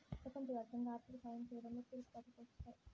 ప్రపంచవ్యాప్తంగా ఆర్థిక సాయం చేయడంలో కీలక పాత్ర పోషిస్తాయి